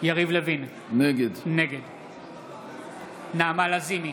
יריב לוין, נגד נעמה לזימי,